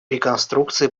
реконструкции